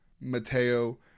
Mateo